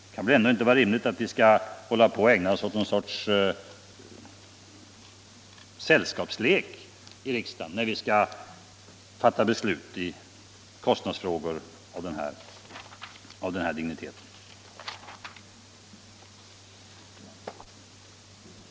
Det kan väl ändå inte vara meningen att vi skall ägna oss åt någon sorts sällskapslek i riksdagen, när vi skall fatta beslut i kostnadsfrågor av den här digniteten.